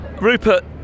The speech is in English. Rupert